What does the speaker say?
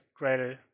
Gradle